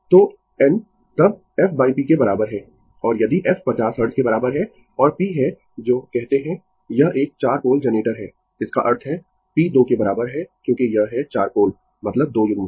तो n तब f p के बराबर है और यदि f 50 हर्ट्ज के बराबर है और p है जो कहते है यह एक 4 पोल जनरेटर है इसका अर्थ है p 2 के बराबर है क्योंकि यह है चार पोल मतलब 2 युग्म